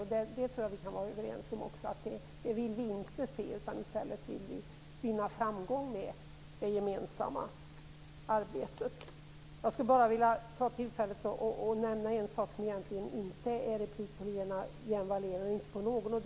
Vi kan vara överens om att det vill vi inte se, utan i stället vill vi vinna framgång med det gemensamma arbetet. Jag skulle vilja ta tillfället i akt och nämna en sak som egentligen inte är replik på Lena Hjelm-Wallén eller på någon annan.